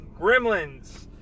Gremlins